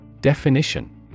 definition